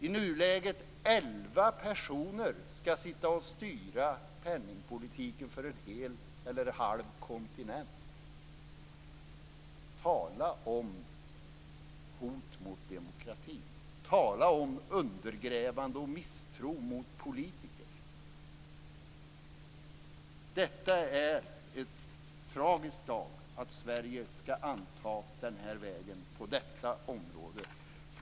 I nuläget är det elva personer som skall styra penningpolitiken för en halv kontinent. Tala om hot mot demokratin! Tala om undergrävande av och misstro mot politiker! Det är en tragisk dag när Sverige skall anta den här vägen på detta område.